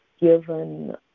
given